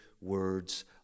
words